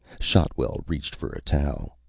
shotwell reached for a towel.